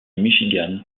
michigan